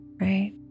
right